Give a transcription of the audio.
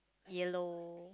yellow